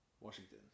Washington